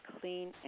clean